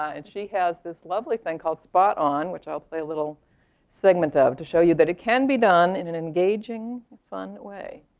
and she has this lovely thing called spot on, which i'll play a little segment of to show you that it can be done in an engaging, fun way.